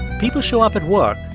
people show up at work,